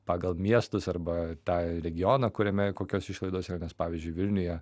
pagal miestus arba tą regioną kuriame kokios išlaidos yra nes pavyzdžiui vilniuje